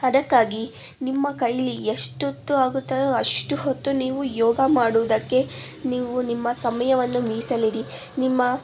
ಅದಕ್ಕಾಗಿ ನಿಮ್ಮ ಕೈಲಿ ಎಷ್ಟೊತ್ತು ಆಗುತ್ತದ್ಯೋ ಅಷ್ಟು ಹೊತ್ತು ನೀವು ಯೋಗ ಮಾಡುವುದಕ್ಕೆ ನೀವು ನಿಮ್ಮ ಸಮಯವನ್ನು ಮೀಸಲಿಡಿ ನಿಮ್ಮ